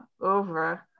over